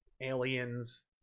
aliens